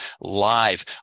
live